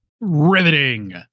Riveting